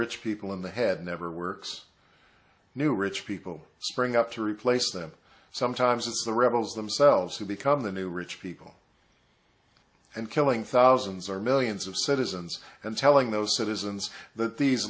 rich people in the head never works new rich people spring up to replace them sometimes it's the rebels themselves who become the new rich people and killing thousands or millions of citizens and telling those citizens that these